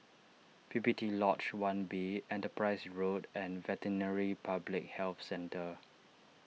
P P T Lodge one B Enterprise Road and Veterinary Public Health Centre